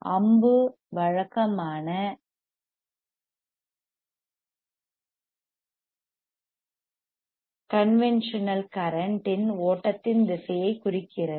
அம்பு வழக்கமான conventional conventional current இன் ஓட்டத்தின் திசையைக் குறிக்கிறது